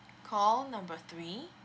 call number three